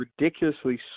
ridiculously